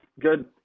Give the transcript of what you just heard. good